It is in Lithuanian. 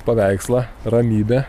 paveikslą ramybę